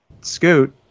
Scoot